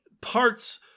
parts